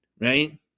right